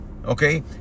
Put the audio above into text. Okay